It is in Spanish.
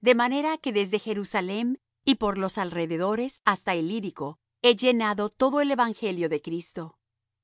de manera que desde jerusalem y por los alrededores hasta ilírico he llenado todo del evangelio de cristo